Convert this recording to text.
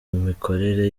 imikorere